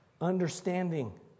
understanding